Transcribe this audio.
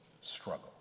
struggle